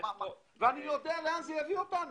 אני יודע לאן זה יוביל אותנו.